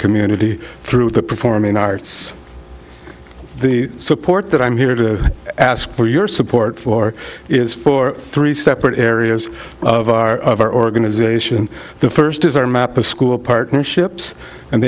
community through the performing arts the support that i'm here to ask for your support for is for three separate areas of our of our organization the first is our map of school partnerships and